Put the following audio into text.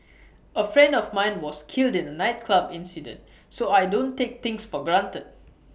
A friend of mine was killed in A nightclub incident so I don't take things for granted